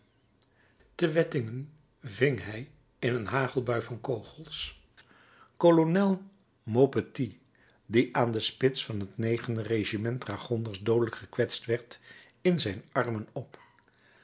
te wettingen ving hij in een hagelbui van kogels kolonel maupetit die aan de spits van het e reg dragonders doodelijk gekwetst werd in zijn armen op